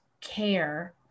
care